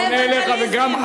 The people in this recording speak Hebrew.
הכהניסטים יטפלו בכם.